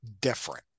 different